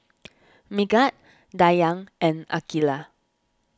Megat Dayang and Aqilah